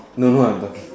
no no I'm lucky